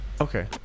Okay